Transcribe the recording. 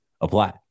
apply